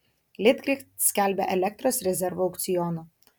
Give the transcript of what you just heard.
litgrid skelbia elektros rezervo aukcioną